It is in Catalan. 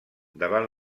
davant